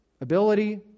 ability